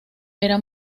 era